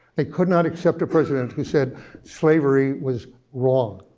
it could not accept a president who said slavery was wrong.